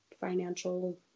financial